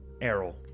Errol